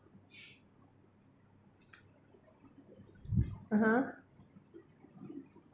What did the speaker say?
(uh huh)